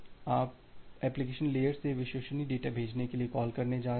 अब आप application layer से विश्वसनीय डेटा भेजने के लिए कॉल करने जा रहे हैं